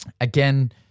Again